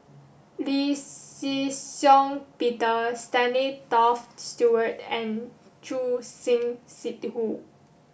Lee Shih Shiong Peter Stanley Toft Stewart and Choor Singh Sidhu